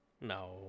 no